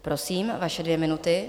Prosím, vaše dvě minuty.